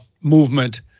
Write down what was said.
movement